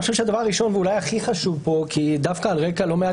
אני חושב שהדבר הראשון ואולי הכי חשוב פה דווקא על רקע לא מעט